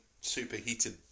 superheated